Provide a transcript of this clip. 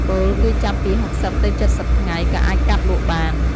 ពោលគឺចាប់ពី៦០ទៅ៧០ថ្ងៃ ក៏អាចកាត់លក់បាន។